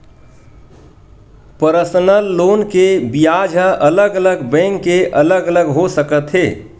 personal loan के बियाज ह अलग अलग बैंक के अलग अलग हो सकत हे